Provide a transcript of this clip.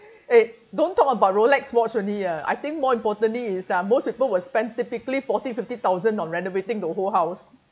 eh don't talk about rolex watch only ah I think more importantly is uh most people will spend typically forty fifty thousand on renovating the whole house